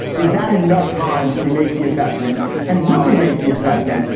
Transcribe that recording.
is that enough time to make the assessment and will we make the assessment?